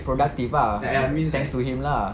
productivity ah thanks to him lah